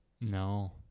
No